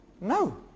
No